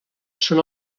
són